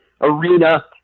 arena